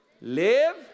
Live